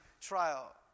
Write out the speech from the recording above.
trial